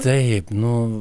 taip nu